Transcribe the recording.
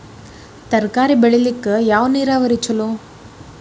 ತರಕಾರಿ ಬೆಳಿಲಿಕ್ಕ ಯಾವ ನೇರಾವರಿ ಛಲೋ?